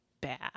bad